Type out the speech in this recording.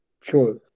Sure